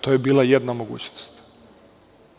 To je bila jedna mogućnost.